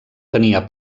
tenia